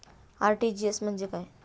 RTGS म्हणजे काय?